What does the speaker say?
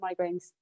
migraines